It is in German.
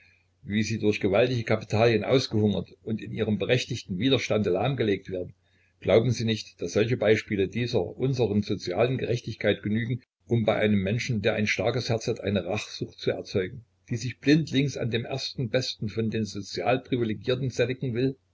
wie sie durch gewaltige kapitalien ausgehungert und in ihrem berechtigten widerstand lahmgelegt werden glauben sie nicht daß solche beispiele dieser unseren sozialen gerechtigkeit genügen um bei einem menschen der ein starkes herz hat eine rachsucht zu erzeugen die sich blindlings an dem ersten besten von den sozial privilegierten sättigen will